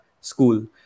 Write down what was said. school